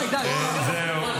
סיימת ולא אמרת --- זהו.